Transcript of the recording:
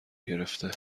گرفته